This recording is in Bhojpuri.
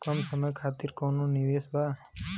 कम समय खातिर कौनो निवेश बा?